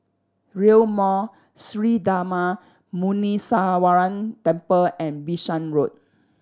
Rail Mall Sri Darma Muneeswaran Temple and Bishan Road